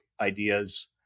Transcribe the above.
ideas